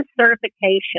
certification